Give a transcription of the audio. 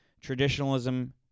Traditionalism